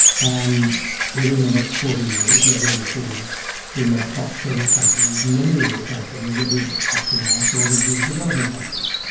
and within the next forty years you're going to see in that top ten countries many of the countries that we've up to now thought of as developing countries,